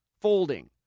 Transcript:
folding